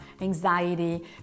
anxiety